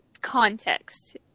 context